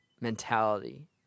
mentality